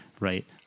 Right